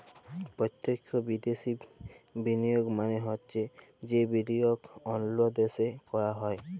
পত্যক্ষ বিদ্যাশি বিলিয়গ মালে হছে যে বিলিয়গ অল্য দ্যাশে ক্যরা হ্যয়